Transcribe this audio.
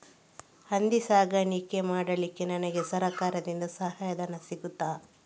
ಹಂದಿ ಸಾಕಾಣಿಕೆ ಮಾಡಲಿಕ್ಕೆ ನನಗೆ ಸರಕಾರದಿಂದ ಸಹಾಯಧನ ಸಿಗುತ್ತದಾ?